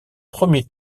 premier